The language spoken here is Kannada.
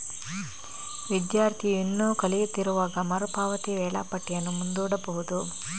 ವಿದ್ಯಾರ್ಥಿಯು ಇನ್ನೂ ಕಲಿಯುತ್ತಿರುವಾಗ ಮರು ಪಾವತಿ ವೇಳಾಪಟ್ಟಿಯನ್ನು ಮುಂದೂಡಬಹುದು